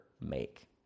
make